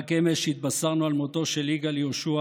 רק אמש התבשרנו על מותו של יגאל יהושע,